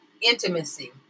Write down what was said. intimacy